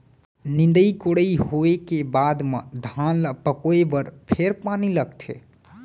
निंदई कोड़ई होवे के बाद म धान ल पकोए बर फेर पानी लगथे